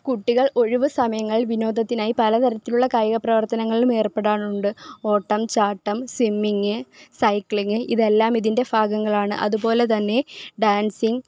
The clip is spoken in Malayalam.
കുട്ടികൾ ഒഴിവ് സമയങ്ങൾ വിനോദത്തിനായി പല തരത്തിലുള്ള കായിക പ്രവർത്തനങ്ങളിലും ഏർപ്പെടാറുണ്ട് ഓട്ടം ചാട്ടം സ്വിമ്മിങ്ങ് സൈക്ക്ലിങ്ങ് ഇതെല്ലാം ഇതിൻ്റെ ഭാഗങ്ങളാണ് അതുപോലെ തന്നെ ഡാൻസിങ്ങ്